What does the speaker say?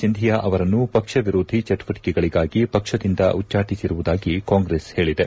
ಸಿಂಧಿಯಾ ಅವರನ್ನು ಪಕ್ಷ ವಿರೋಧಿ ಚಟುವಟಿಕೆಗಳಿಗಾಗಿ ಪಕ್ಷದಿಂದ ಉಚ್ಟಾಟಿಸಿರುವುದಾಗಿ ಕಾಂಗ್ರೆಸ್ ಹೇಳಿದೆ